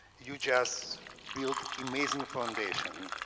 you just build amazing foundation.